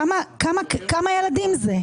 כמה ילדים זה?